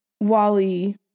Wally